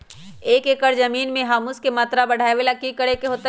एक एकड़ जमीन में ह्यूमस के मात्रा बढ़ावे ला की करे के होतई?